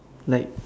like